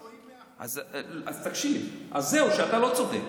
100%. אז זהו, שאתה לא צודק,